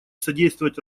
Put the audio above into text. содействовать